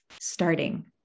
starting